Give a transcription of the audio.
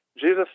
Jesus